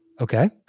Okay